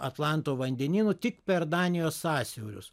atlanto vandenynu tik per danijos sąsiaurius